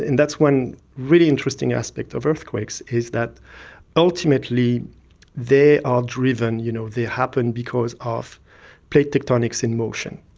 and that's one really interesting aspect of earthquakes, is that ultimately they are driven, you know they happen because of plate tectonics in motion.